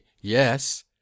Yes